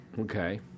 okay